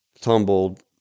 tumbled